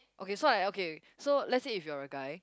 okay so I okay so let's say if you are a guy